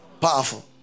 Powerful